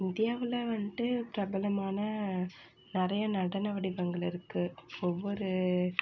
இந்தியாவில்ல வந்துட்டு பிரபலமான நிறைய நடன வடிவங்கள் இருக்குது ஒவ்வொரு